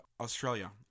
Australia